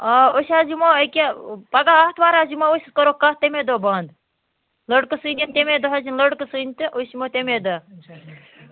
آ أسۍ حظ یِمو ییٚکیٛاہ پَگاہ آتھوار حظ یِمو أسۍ أسۍ کَرو کَتھ تَمے دۄہ بنٛد لٔڑکہٕ سٕنٛدۍ یِنۍ تَمے دۄہ حظ یِم لٔڑکہٕ سٕنٛدۍ تہٕ أسۍ یِمو تَمے دۄہ